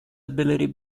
ability